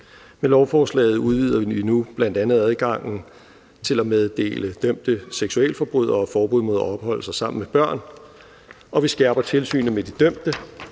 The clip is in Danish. Med loven udvider vi nu bl.a. adgangen til at meddele dømte seksualforbrydere forbud mod at opholde sig sammen med børn, og vi skærper tilsynet med de dømte.